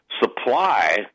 supply